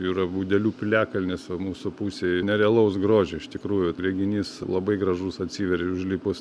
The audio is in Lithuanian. yra budelių piliakalnis va mūsų pusėj nerealaus grožio iš tikrųjų reginys labai gražus atsiveria užlipus